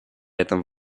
этом